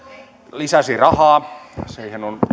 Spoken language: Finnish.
lisäsi rahaa siihen on